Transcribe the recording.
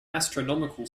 astronomical